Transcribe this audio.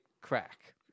crack